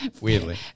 weirdly